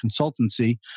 consultancy